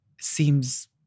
seems